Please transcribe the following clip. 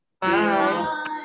bye